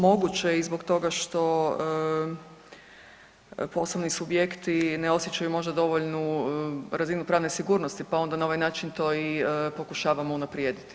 Moguće je i zbog toga što poslovni subjekti ne osjećaju možda dovoljnu razinu pravne sigurnosti, pa onda na ovaj način to i pokušavamo unaprijediti.